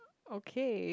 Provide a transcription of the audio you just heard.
okay